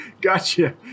Gotcha